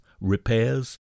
repairs